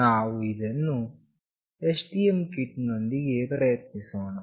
ನಾವು ಇದನ್ನು STM kit ನೊಂದಿಗೆ ಪ್ರಯತ್ನಿಸೋಣ